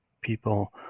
people